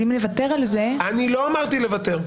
אם נוותר על זה- -- לא אמרתי לוותר.